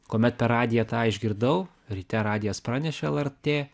kuomet per radiją tą išgirdau ryte radijas pranešė lrt